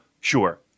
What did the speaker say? Sure